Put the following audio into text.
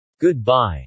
Goodbye